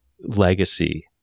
legacy